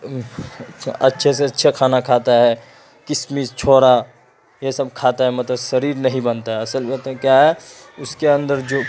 اچھے سے اچھا کھانا کھاتا ہے کشمش چھوہارا یہ سب کھاتا ہے مطلب شریر نہیں بنتا ہے اصل باتیں کیا ہے اس کے اندر جو